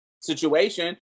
situation